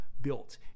built